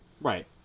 Right